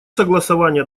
согласования